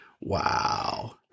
wow